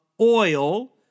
oil